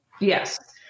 Yes